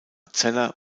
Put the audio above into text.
zeller